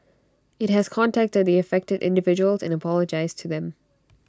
IT has contacted the affected individuals and apologised to them